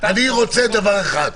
אני רוצה דבר אחד.